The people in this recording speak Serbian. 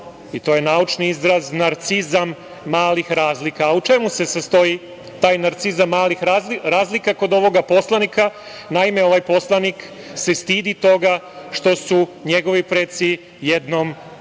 to je naučni izraz, „narcizam malih razlika“. U čemu se sastoji taj „narcizam malih razlika“ kod ovoga poslanika? Naime, ovaj poslanik se stidi toga što su njegovi preci jednom bili